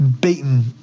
Beaten